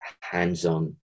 hands-on